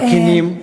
הכנים.